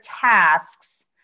tasks